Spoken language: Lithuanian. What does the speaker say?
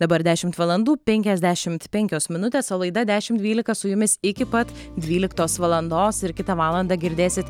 dabar dešimt valandų penkiasdešimt penkios minutės o laida dešim dvylika su jumis iki pat dvyliktos valandos ir kitą valandą girdėsit